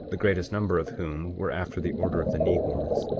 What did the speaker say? the greatest number of whom were after the order of the nehors.